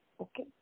Okay